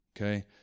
okay